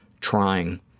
trying